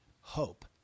hope